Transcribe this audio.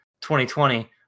2020